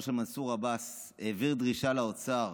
של מנסור עבאס העבירה דרישה לאוצר